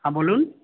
হ্যাঁ বলুন